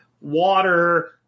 water